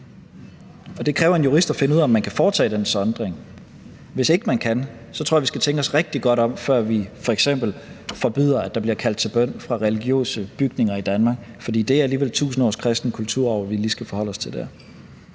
det kræver en jurist at finde ud af, om man kan foretage den sondring. Hvis ikke man kan det, tror jeg, vi skal tænke os rigtig godt om, før vi f.eks. forbyder, at der bliver kaldt til bøn fra religiøse bygninger i Danmark, for det er alligevel 1.000 års kristen kulturarv, vi lige skal forholde os til der.